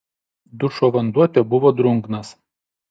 dušo vanduo tebuvo drungnas